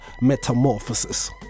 Metamorphosis